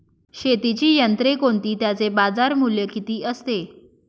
शेतीची यंत्रे कोणती? त्याचे बाजारमूल्य किती असते?